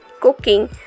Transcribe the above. cooking